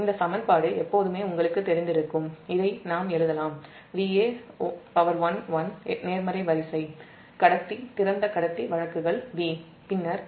இந்த சமன்பாடு எப்போதுமே உங்களுக்குத் தெரிந்திருக்கும் இதை நாம் Vaa11 நேர்மறை வரிசை கடத்தி திறந்த கடத்தி வழக்குகள் V என்று எழுதலாம்